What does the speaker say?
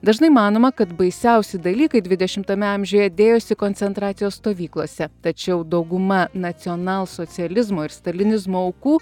dažnai manoma kad baisiausi dalykai dvidešimtame amžiuje dėjosi koncentracijos stovyklose tačiau dauguma nacionalsocializmo ir stalinizmo aukų